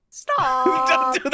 Stop